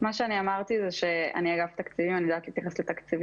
מה שאמרתי זה שאני אגף התקציבים ואני יודעת להתייחס לתקציבים.